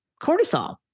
cortisol